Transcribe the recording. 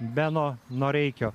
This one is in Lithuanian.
beno noreikio